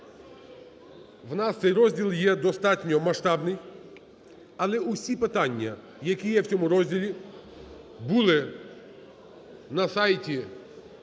У нас цей розділ є достатньо масштабний, але усі питання, які є у цьому розділі, були на сайті